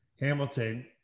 Hamilton